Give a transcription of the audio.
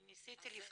אני ניסיתי לפתור,